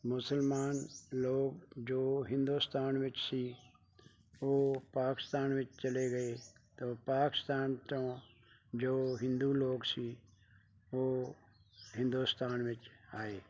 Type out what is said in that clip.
ਮੁਸਲਮਾਨ ਲੋਕ ਜੋ ਹਿੰਦੁਸਤਾਨ ਵਿੱਚ ਸੀ ਉਹ ਪਾਕਿਸਤਾਨ ਵਿੱਚ ਚਲੇ ਗਏ ਪਾਕਿਸਤਾਨ ਤੋਂ ਜੋ ਹਿੰਦੂ ਲੋਕ ਸੀ ਉਹ ਹਿੰਦੁਸਤਾਨ ਵਿੱਚ ਆਏ